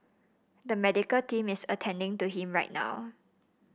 the medical team is attending to him right now